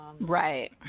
Right